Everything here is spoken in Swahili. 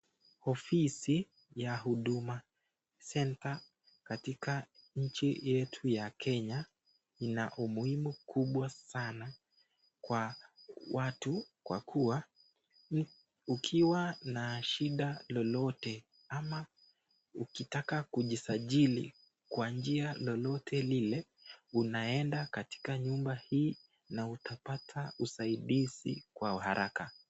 Ofisi ya Huduma Kenya katika nchi yetu ya Kenya Ina umuhimu mkubwa sana kwa watu wa ikiwa na shida lolote ukitaka kujisajili kwa njia yoyote like unaenda katika nyumba hii utapata usaidizi kwa haraka.